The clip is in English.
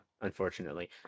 unfortunately